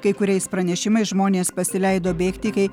kai kuriais pranešimais žmonės pasileido bėgti kai